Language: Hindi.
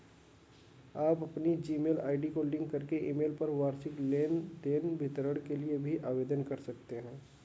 आप अपनी जीमेल आई.डी को लिंक करके ईमेल पर वार्षिक लेन देन विवरण के लिए भी आवेदन कर सकते हैं